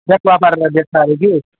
स्याक्पा पारेर बेच्छ अरे कि